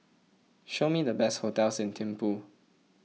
show me the best hotels in Thimphu